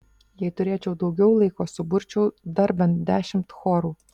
jei turėčiau daugiau laiko suburčiau dar bent dešimt chorų